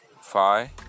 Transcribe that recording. five